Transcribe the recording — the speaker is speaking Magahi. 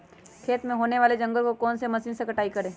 खेत में होने वाले जंगल को कौन से मशीन से कटाई करें?